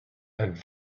and